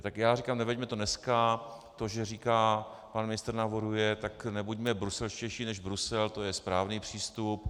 Tak já říkám, neveďme to dneska, to že říká pan ministr, navrhuje, tak nebuďme bruselštější než Brusel, to je správný přístup.